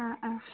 ആ ആ